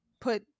put